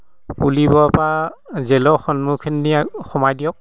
পুলিবৰৰপৰা জেলৰ সন্মুখেদি নি সোমাই দিয়ক